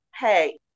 hey